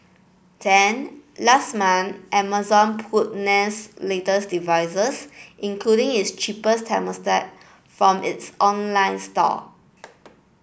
then last month Amazon pulled Nest's latest devices including its cheaper thermostat from its online store